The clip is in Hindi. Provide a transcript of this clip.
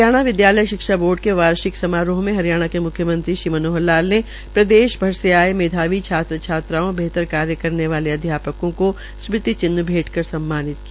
हरियाणा विद्यालय शिक्षा बोर्ड के वार्षिक समारोह में हरियाणा के म्ख्यमंत्री श्री मनोहर लाल ने प्रदेश भर से आए मेधावी छात्र छात्राओं बेहतर कार्य करने वाले अध्यापकों को स्मृति चिह्न भेंट कर सम्मानित किया